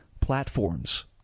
platforms